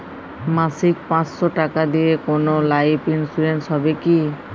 মাসিক পাঁচশো টাকা দিয়ে কোনো লাইফ ইন্সুরেন্স হবে কি?